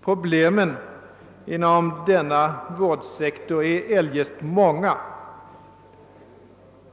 Problemen inom denna vårdsektor är eljest många.